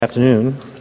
Afternoon